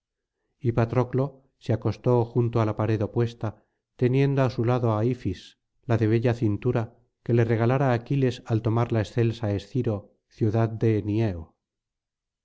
y patroclo se acostó junto á la pared opuesta teniendo á su lado á ifis la de bella cintura que le regalara aquiles al tomar la excelsa esciro ciudad de en ni